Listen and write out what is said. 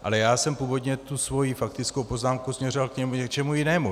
Ale já jsem původně tu svoji faktickou poznámku směřoval k něčemu jinému.